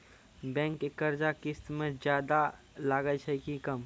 Bank के कर्जा किस्त मे ज्यादा लागै छै कि कम?